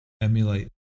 emulate